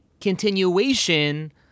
continuation